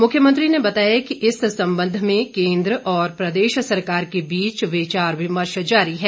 मुख्यमंत्री ने बताया कि इस संबंध में केंद्र और प्रदेश सरकार के बीच विचार विमर्श जारी है